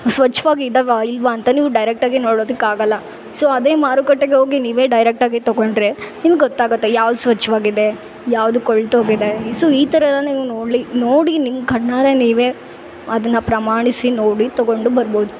ಸ್ವಚ್ಛ್ವಾಗಿದ್ದಾವಾ ಇಲ್ಲವಾ ಅಂತ ನೀವು ಡೈರೆಕ್ಟಾಗಿ ನೋಡೋದುಕ್ಕೆ ಆಗಲ್ಲ ಸೊ ಅದೇ ಮಾರುಕಟ್ಟೆಗೆ ಹೋಗಿ ನೀವೇ ಡೈರೆಕ್ಟಾಗಿ ತಗೊಂಡರೆ ನಿಮ್ಗೆ ಗೊತ್ತಾಗತ್ತೆ ಯಾವುದು ಸ್ವಚ್ಛ್ವಾಗಿದೆ ಯಾವುದು ಕೊಳ್ತೋಗಿದೆ ಸೊ ಈ ಥರ ನೀವು ನೋಡ್ಲಿ ನೋಡಿ ನಿಮ್ಮ ಕಣ್ಣಾರೆ ನೀವೇ ಅದನ್ನ ಪ್ರಮಾಣಿಸಿ ನೋಡಿ ತಗೊಂಡು ಬರ್ಬೌದು